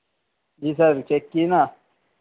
जी sir check किए न